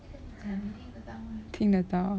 听得到